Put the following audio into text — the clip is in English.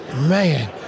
man